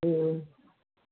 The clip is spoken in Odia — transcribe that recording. ଓ